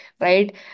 right